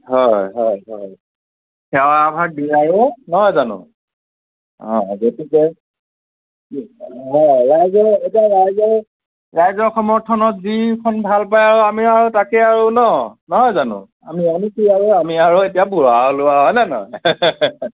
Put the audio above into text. হয় হয় হয় সেৱা এভাগ দিয়াই নহয় জানো গতিকে ৰাইজে এতিয়া ৰাইজে ৰাইজৰ সমৰ্থনত যিখন ভাল পায় আৰু আমি আৰু তাকে আৰু ন নহয় জানো আমিনো কি আৰু আমি আৰু এতিয়া বুঢ়া হ'লো হয় নে নহয়